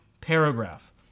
paragraph